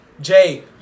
Jay